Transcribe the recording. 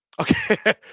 Okay